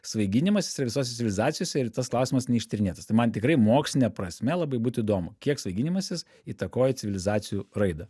svaiginimasis yra visose civilizacijose ir tas klausimas neištyrinėtas tai man tikrai moksline prasme labai būtų įdomu kiek svaiginimasis įtakoja civilizacijų raidą